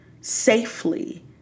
safely